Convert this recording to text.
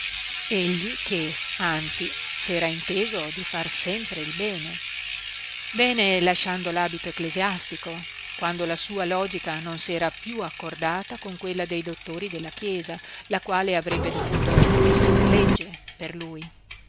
egli che anzi sera inteso di far sempre il bene bene lasciando labito ecclesiastico quando la sua logica non sera più accordata con quella dei dottori della chiesa la quale avrebbe dovuto esser legge per lui